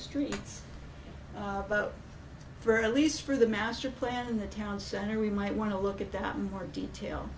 streets for at least for the master plan in the town center we might want to look at that more detail